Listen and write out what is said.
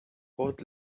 port